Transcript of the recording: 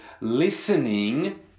listening